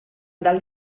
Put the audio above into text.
dal